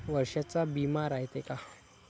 वर्षाचा बिमा रायते का?